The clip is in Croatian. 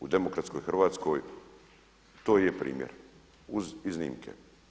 U demokratskoj Hrvatskoj to je primjer uz iznimke.